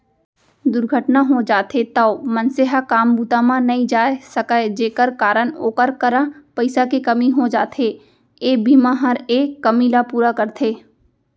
दुरघटना हो जाथे तौ मनसे ह काम बूता म नइ जाय सकय जेकर कारन ओकर करा पइसा के कमी हो जाथे, ए बीमा हर ए कमी ल पूरा करथे